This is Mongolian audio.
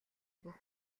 өгөх